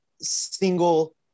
single